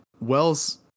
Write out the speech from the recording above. Wells